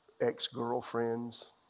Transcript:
ex-girlfriends